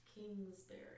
Kingsbury